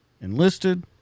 enlisted